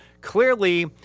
clearly